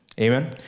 Amen